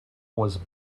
was